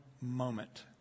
moment